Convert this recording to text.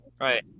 Right